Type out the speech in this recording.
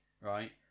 right